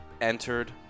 entered